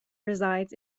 resides